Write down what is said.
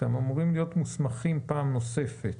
אתם אמורים להיות מוסמכים פעם נוספת.